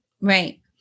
right